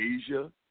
Asia